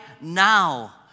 now